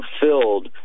fulfilled